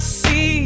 see